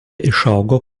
išaugo